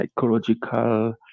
psychological